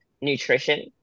nutrition